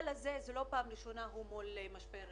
זו לא פעם ראשונה שהמפעל הזה מול משבר כלכלי.